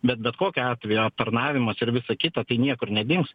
bet bet kokiu atveju aptarnavimas ir visa kita niekur nedings